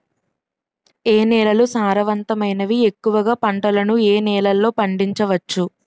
ఏ నేలలు సారవంతమైనవి? ఎక్కువ గా పంటలను ఏ నేలల్లో పండించ వచ్చు?